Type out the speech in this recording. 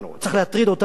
צריך להטריד אותנו,